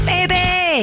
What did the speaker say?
Baby